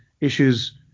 issues